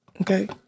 Okay